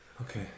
Okay